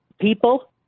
people